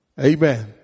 amen